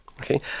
Okay